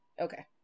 Okay